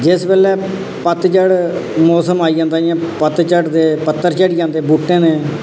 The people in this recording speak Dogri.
जिस बेल्लै पतझड़ मौसम आई जंदा पतझड़ ते पत्ते झड़ी जंदे बूहटें दे